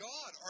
God